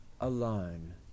alone